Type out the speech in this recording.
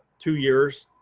two years,